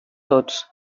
tots